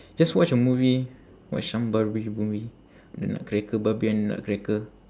just watch a movie watch some barbie movie the nutcracker barbie in the nutcracker